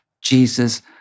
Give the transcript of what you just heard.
Jesus